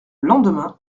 lendemain